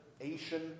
Asian